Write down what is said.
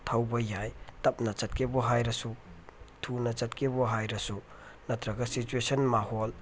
ꯊꯧꯕ ꯌꯥꯏ ꯇꯞꯅ ꯆꯠꯀꯦꯕꯨ ꯍꯥꯏꯔꯁꯨ ꯊꯨꯅ ꯆꯠꯀꯦꯕꯨ ꯍꯥꯏꯔꯁꯨ ꯅꯠꯇ꯭ꯔꯒ ꯁꯤꯆꯨꯋꯦꯁꯟ ꯃꯥꯍꯣꯜ